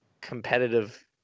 competitive